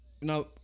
Now